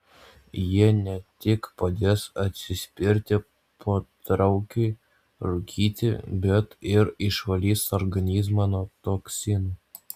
jie ne tik padės atsispirti potraukiui rūkyti bet ir išvalys organizmą nuo toksinų